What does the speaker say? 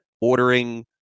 ordering